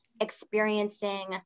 experiencing